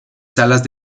salas